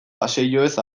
paseilloez